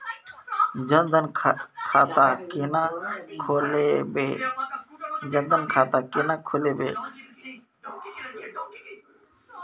जनधन खाता केना खोलेबे?